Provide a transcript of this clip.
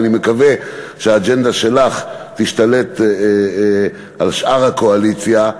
ואני מקווה שהאג'נדה שלך תשתלט על שאר הקואליציה,